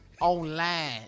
online